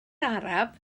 araf